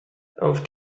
auf